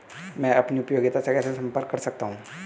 मैं अपनी उपयोगिता से कैसे संपर्क कर सकता हूँ?